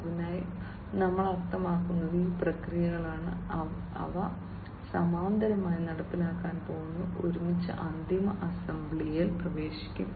അതിനാൽ ഞങ്ങൾ അർത്ഥമാക്കുന്നത് ഈ പ്രക്രിയകളാണ് അവ സമാന്തരമായി നടപ്പിലാക്കാൻ പോകുന്നു ഒരുമിച്ച് അന്തിമ അസംബ്ലിയിൽ പ്രവേശിക്കും